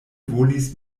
volis